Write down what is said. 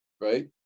right